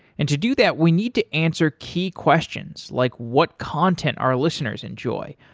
and to do that, we need to answer key questions, like what content our listeners enjoy,